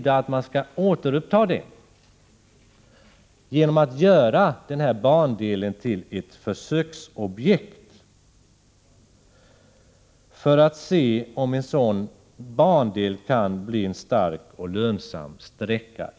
Detta föreslås ske genom att bandelen görs till ett försöksobjekt, så att man kan se om den kan bli lönsam i framtiden.